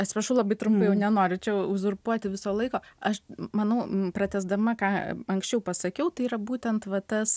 atsiprašau labai trumpai jau nenoriu čia uzurpuoti viso laiko aš manau pratęsdama ką anksčiau pasakiau tai yra būtent va tas